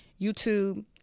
YouTube